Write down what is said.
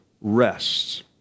rests